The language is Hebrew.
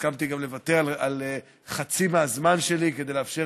הסכמתי לוותר על חצי מהזמן שלי כדי לאפשר